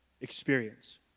Experience